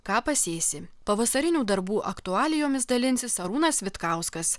ką pasėsi pavasarinių darbų aktualijomis dalinsis arūnas vitkauskas